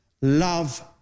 love